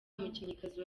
umukinnyikazi